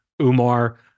Umar